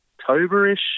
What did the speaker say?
October-ish